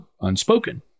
unspoken